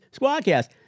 Squadcast